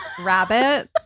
rabbit